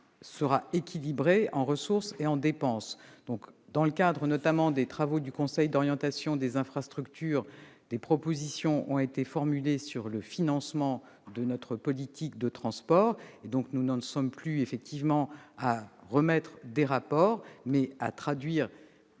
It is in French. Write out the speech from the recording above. sera équilibrée en ressources et en dépenses. Dans le cadre notamment des travaux du Conseil d'orientation des infrastructures, des propositions ont été formulées sur le financement de notre politique de transport. Nous n'en sommes donc plus à la remise de rapports, mais à traduire